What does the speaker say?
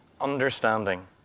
understanding